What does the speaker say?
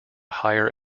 higher